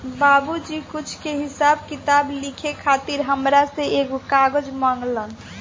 बाबुजी कुछ के हिसाब किताब लिखे खातिर हामरा से एगो कागज मंगलन